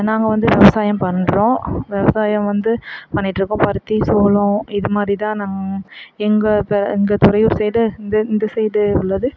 நாங்கள் வந்து விவசாயம் பண்ணுறோம் விவசாயம் வந்து பண்ணிகிட்டு இருக்கோம் பருத்தி சோளம் இது மாதிரி தான் நாங் எங்கள் பெ எங்கள் துறையூர் சைடு இந்த இந்த சைடு உள்ளது